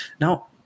Now